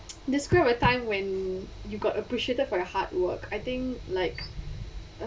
describe a time when you got appreciated for your hard work I think like